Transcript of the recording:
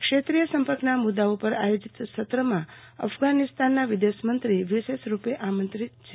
ક્ષેત્રીય સંપર્કના મુદ્દાઓ પર આયોજીત સત્રમાં અફઘાનિસ્તાનના વિદેશમંત્રી વિશેષરૂપે આમંત્રિત છે